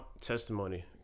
testimony